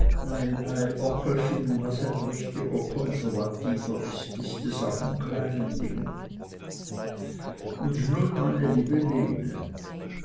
was ein richtiger konservativer ist ist es auch in kleinen dingen und nun meine liebe lene